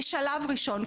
בשלב ראשון,